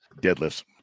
Deadlifts